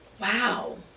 Wow